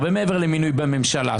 הרבה מעבר למינוי בממשלה.